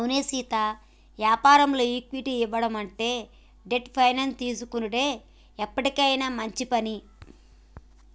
అవునే సీతా యాపారంలో ఈక్విటీ ఇయ్యడం కంటే డెట్ ఫైనాన్స్ తీసుకొనుడే ఎప్పటికైనా మంచి పని